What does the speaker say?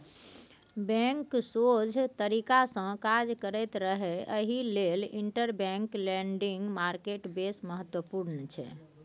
bank सोझ तरीकासँ काज करैत रहय एहि लेल इंटरबैंक लेंडिंग मार्केट बेस महत्वपूर्ण छै